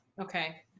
okay